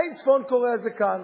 האם צפון-קוריאה זה כאן?